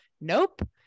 Nope